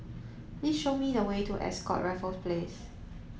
please show me the way to Ascott Raffles Place